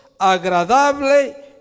agradable